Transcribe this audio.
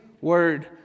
Word